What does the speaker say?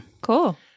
cool